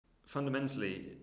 Fundamentally